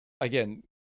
again